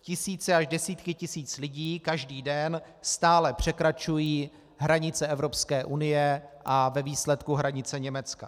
Tisíce až desítky tisíc lidí každý den stále překračují hranice Evropské unie a ve výsledku hranice Německa.